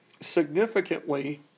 significantly